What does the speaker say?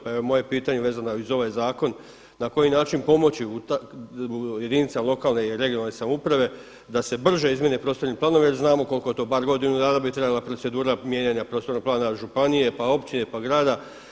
Pa evo moje pitanje vezano je i uz ovaj zakon na koji način pomoći jedinicama lokalne i regionalne samouprave da se brže izmijene prostorni planovi jer znamo koliko je to, bar godinu dana bi trajala procedura mijenjanja prostornog plana županije, pa općine pa grada.